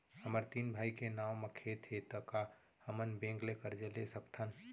हमर तीन भाई के नाव म खेत हे त का हमन बैंक ले करजा ले सकथन?